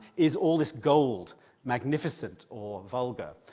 is all this gold magnificent or vulgar?